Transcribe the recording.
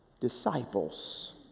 disciples